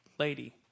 lady